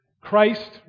Christ